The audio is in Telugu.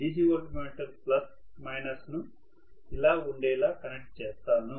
DC వోల్టమీటర్ ప్లస్ మైనస్ ను ఇలా ఉండేలా కనెక్ట్ చేస్తాను